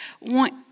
want